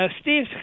Steve